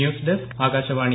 news desk Akashvani